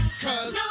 cause